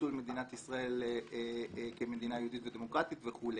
ביטול מדינת ישראל כמדינה יהודית ודמוקרטית וכו'.